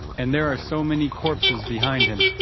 and there are so many corpses behind him,